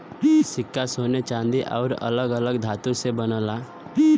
सिक्का सोने चांदी आउर अलग अलग धातु से बनल रहेला